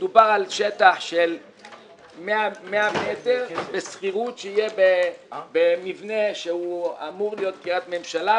מדובר על שטח של 100 מטר בשכירות שיהיה במבנה שאמור להיות קריית ממשלה,